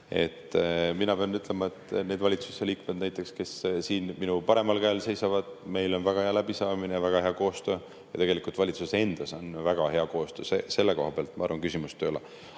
Mina pean ütlema, et näiteks nende valitsuse liikmetega, kes siin minu paremal käel seisavad, on meil väga hea läbisaamine ja väga hea koostöö. Ka valitsuses endas on väga hea koostöö. Selle koha pealt, ma arvan, küsimust ei ole. Aga